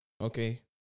Okay